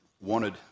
wanted